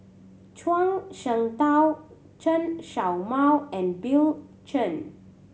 Zhuang Shengtao Chen Show Mao and Bill Chen